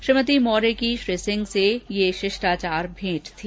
श्रीमती मौर्य की श्री सिंह से यह शिष्टाचार भेंट थी